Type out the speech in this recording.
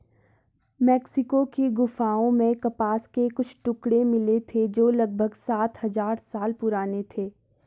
Mexico की गुफाओं में कपास के कुछ टुकड़े मिले थे जो लगभग सात हजार साल पुराने थे